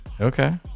Okay